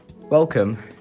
welcome